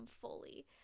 fully